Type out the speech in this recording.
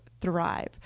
thrive